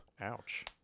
ouch